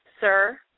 sir